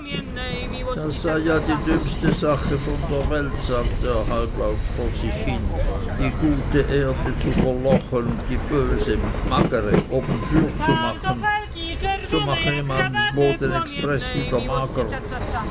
das sei ja die dümmste sache von der welt sagte er halblaut vor sich hin die gute erde zu verlochen und die böse magere obenfürzumachen so mache man ja den boden expreß wieder mager